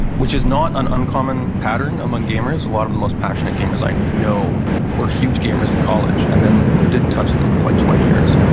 which is not an uncommon pattern among gamers. a lot of the most passionate gamers i know were huge gamers in college and then didn't touch them for like twenty years.